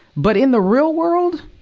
but in the real world,